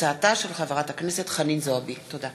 תודה.